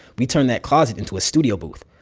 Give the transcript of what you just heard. we turned that closet into a studio booth.